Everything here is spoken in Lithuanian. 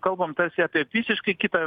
kalbam tarsi apie visiškai kitą